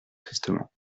tristement